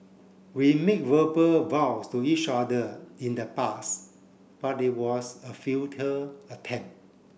we made verbal vows to each other in the past but it was a futile attempt